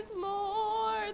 more